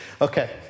Okay